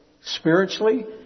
spiritually